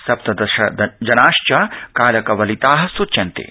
सप्तदशजनाश्च कालकवलिता सूच्यन्ते